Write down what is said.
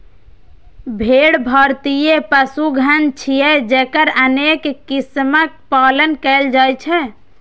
भेड़ भारतीय पशुधन छियै, जकर अनेक किस्मक पालन कैल जाइ छै